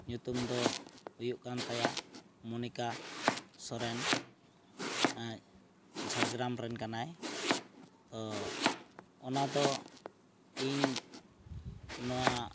ᱧᱩᱛᱩᱢᱫᱚ ᱦᱩᱭᱩᱜᱠᱟᱱ ᱛᱟᱭᱟ ᱢᱚᱱᱤᱠᱟ ᱥᱚᱨᱮᱱ ᱡᱷᱟᱲᱜᱨᱟᱢᱨᱮᱱ ᱠᱟᱱᱟᱭ ᱛᱚ ᱚᱱᱟᱫᱚ ᱤᱧ ᱱᱚᱣᱟ